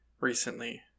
recently